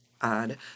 odd